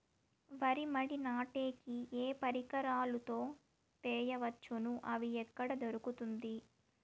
వరి మడి నాటే కి ఏ పరికరాలు తో వేయవచ్చును అవి ఎక్కడ దొరుకుతుంది?